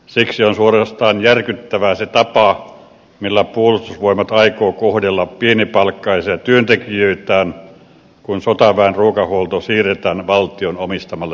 siksi on suorastaan järkyttävä se tapa millä puolustusvoimat aikoo kohdella pienipalkkaisia työntekijöitään kun sotaväen ruokahuolto siirretään valtion omistamalle yhtiölle